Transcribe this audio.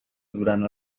durant